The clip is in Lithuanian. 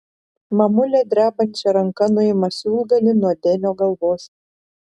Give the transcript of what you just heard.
mamulė drebančia ranka nuima siūlgalį nuo denio galvos